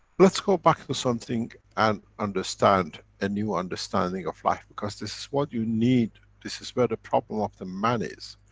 let's go back to something and understand a new understanding of life, because this is what you need. this is where the problem of the man is.